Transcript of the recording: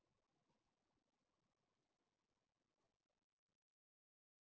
UPI account ఎలా బంద్ చేయాలి?